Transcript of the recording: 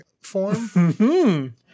form